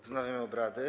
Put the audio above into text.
Wznawiam obrady.